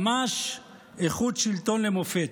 ממש איכות שלטון למופת.